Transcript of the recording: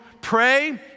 Pray